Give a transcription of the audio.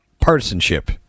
partisanship